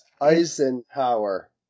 Eisenhower